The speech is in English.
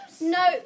No